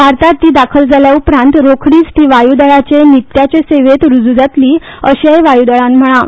भारतात ती दाखल जाल्या उपरांत रोखडीच ती वायु दळाचे नित्याचे सेवेत रुजु जातली अशेय वायु दळान म्हळा